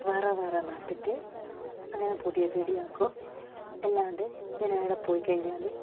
വേറെ വേറെ നട്ടിട്ട് അങ്ങനെ പുതിയ ചെടിയാക്കും അല്ലാണ്ട് ഞാൻ എവിടെ പോയി കഴിഞ്ഞാലും